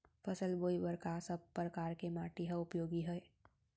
फसल बोए बर का सब परकार के माटी हा उपयोगी हे?